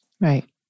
Right